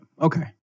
okay